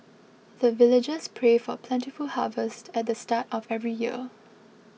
the villagers pray for plentiful harvest at the start of every year